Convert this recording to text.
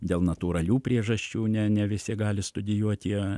dėl natūralių priežasčių ne ne visi gali studijuoti